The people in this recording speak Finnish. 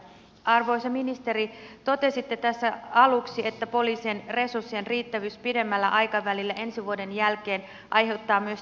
arvoisa ministeri totesitte tässä aluksi että poliisien resurssien riittävyys pidemmällä aikavälillä ensi vuoden jälkeen aiheuttaa myös teille huolta